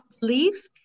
belief